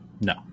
No